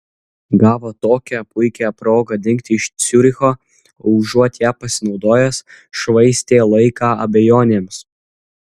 gavo tokią puikią progą dingti iš ciuricho o užuot ja pasinaudojęs švaistė laiką abejonėms